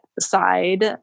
side